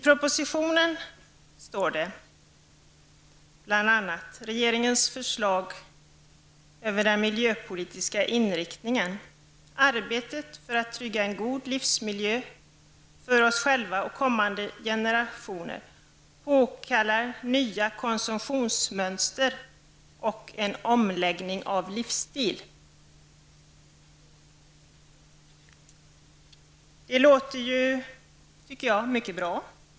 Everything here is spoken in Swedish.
Propositionen innehåller bl.a. regeringens förslag när det gäller den miljöpolitiska inriktningen: ''Arbetet för att trygga en livsmiljö för oss själva och kommande generationer påkallar nya konsumtionsmönster och en omläggning av livsstil.'' Det låter ju mycket bra, tycker jag.